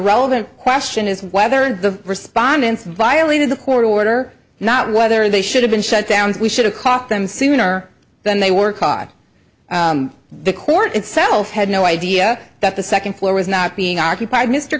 relevant question is whether the respondents violated the court order not whether they should have been shutdowns we should have caught them sooner than they were caught the court itself had no idea that the second floor was not being occupied mr